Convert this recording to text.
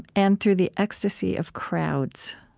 and through the ecstasy of crowds.